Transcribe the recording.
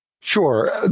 Sure